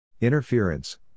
Interference